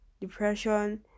depression